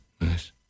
nice